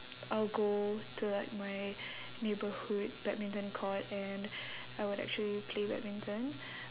I'll go to like my neighbourhood badminton court and I would actually play badminton